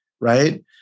Right